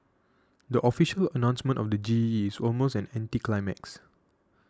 the official announcement of the G E is almost an anticlimax